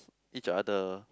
each other